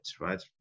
right